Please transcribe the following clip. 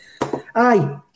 aye